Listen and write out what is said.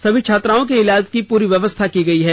सभी छात्राओं के ईलाज की पूरी व्यवस्था की गई है